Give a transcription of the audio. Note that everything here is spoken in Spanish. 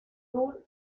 rahman